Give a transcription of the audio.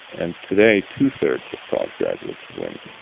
and today, two thirds of college graduates are